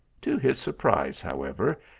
to his surprise, however,